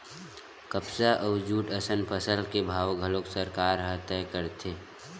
कपसा अउ जूट असन फसल के भाव घलोक सरकार ह तय करथे